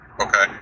Okay